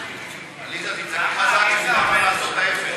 ההסתייגות (15) של קבוצת סיעת הרשימה המשותפת,